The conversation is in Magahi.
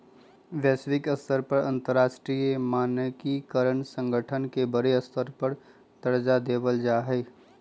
वैश्विक स्तर पर अंतरराष्ट्रीय मानकीकरण संगठन के बडे स्तर पर दर्जा देवल जा हई